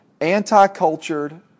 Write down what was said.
anti-cultured